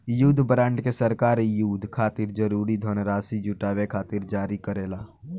युद्ध बॉन्ड के सरकार युद्ध खातिर जरूरी धनराशि जुटावे खातिर जारी करेला